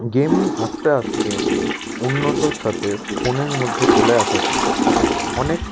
gaming আস্তে আস্তে উন্নতির সাথে ফোনের মধ্যে চলে আসাতে অনেক